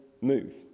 move